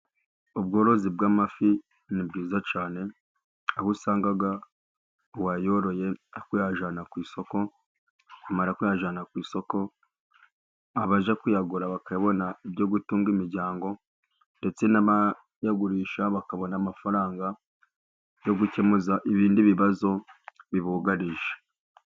Ubworozi bw'amafi ni bwiza cyane, aho usanga uwayoroye ari kuyajyana ku isoko, bamara kuyajyana ku isoko, abaza kuyagura bakayabona ibyo gutunga imiryango, ndetse n'abayagurisha bakabona amafaranga yo gukemuza ibindi bibazo bibugarije.